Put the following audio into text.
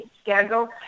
scandal